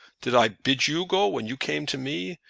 did i bid you go when you came to me?